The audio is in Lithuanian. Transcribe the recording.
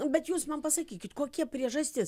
nu bet jūs man pasakykit kokia priežastis